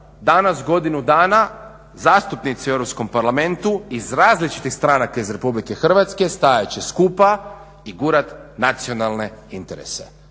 Danas godinu dana zastupnici u Europskom parlamentu iz različitih stranaka iz Republike Hrvatske stajat će skupa i gurat nacionalne interese